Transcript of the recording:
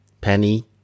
Penny